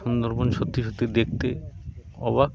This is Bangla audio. সুন্দরবন সত্যি সত্যি দেখতে অবাক